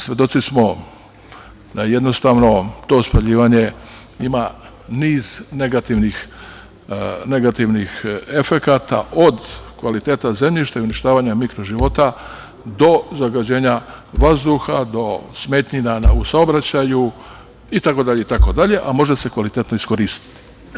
Svedoci smo da jednostavno to spaljivanje ima niz negativnih efekata, od kvaliteta zemljišta i uništavanja mikroživota, do zagađenja vazduha, do smetnji u saobraćaju itd. a može se kvalitetno iskoristiti.